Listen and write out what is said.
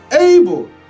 able